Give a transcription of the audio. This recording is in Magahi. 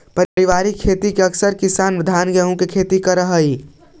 पारिवारिक खेती में अकसर किसान धान गेहूँ के ही खेती करऽ हइ